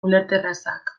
ulerterrazak